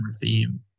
theme